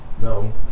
No